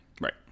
right